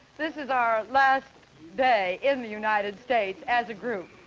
this is our last day in the united states as a group.